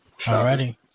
Alrighty